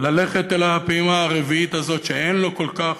ללכת אל הפעימה הרביעית הזאת, שאין לו כל כך,